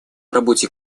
работе